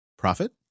Profit